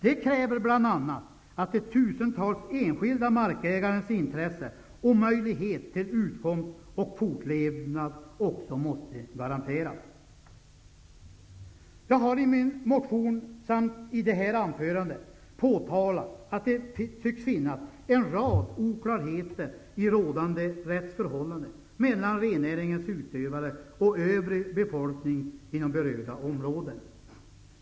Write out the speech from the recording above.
Det kräver bl.a. att de tusentals enskilda markägarnas intressen och möjlighet till utkomst och fortlevnad också måste garanteras. Jag har i min motion samt i detta anförande påtalat att det tycks finnas en rad oklarheter i rådande rättsförhållanden mellan rennäringens utövare och övrig befolkning inom berörda områden.